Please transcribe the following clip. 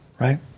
right